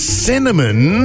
cinnamon